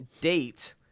date